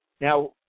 Now